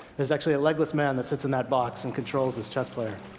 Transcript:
there's actually a legless man that sits in that box and controls this chess player.